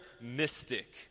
mystic